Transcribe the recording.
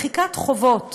מחיקת חובות